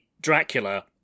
Dracula